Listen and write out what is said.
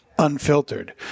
Unfiltered